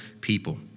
people